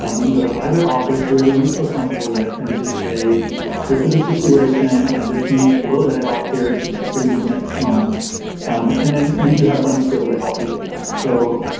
um you can go to either office, whoever you feel comfortable with, and just say this is a situation, i just need a little bit of help here to get through to the next month and then we do have funds to be able to help you with that. so,